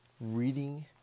reading